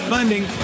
Funding